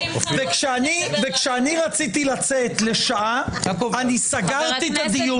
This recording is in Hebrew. וכשאני רציתי לצאת לשעה אני סגרתי את הדיון.